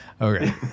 Okay